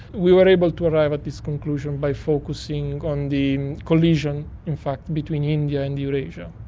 we were able to arrive at this conclusion by focusing on the collision in fact between india and eurasia.